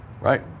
right